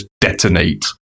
detonate